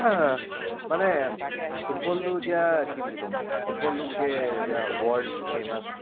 মানে ফুটবলটো এতিয়া কি বুলি ক'ম ফুটবলটো গোটেই এতিয়া ৱৰ্ল্ড ফেমাছ